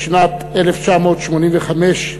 בשנת 1985,